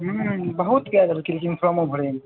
हुँ बहुत कऽ देलखिन फॉर्मो भरैमे